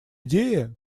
идея